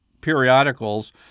periodicals